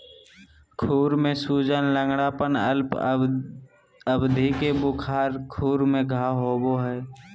खुर में सूजन, लंगड़ाना, अल्प अवधि के बुखार, खुर में घाव होबे हइ